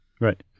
Right